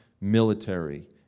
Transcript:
military